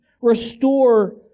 restore